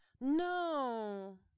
No